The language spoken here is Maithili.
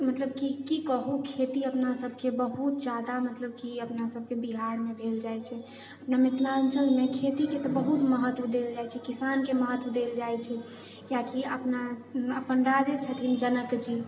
मतलब कि की कहू खेती अपना सबके बहुत ज्यादा मतलब कि अपना सबके बिहारमे भेल जाइ छै अपना मिथिलाञ्चलमे खेतीके तऽ बहुत महत्व देल जाइ छै किसानके महत्व देल जाइ छै कियाकि अपना अपन राजे छथिन जनकजी